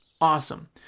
awesome